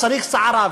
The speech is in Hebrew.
צריך סערה,